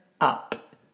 up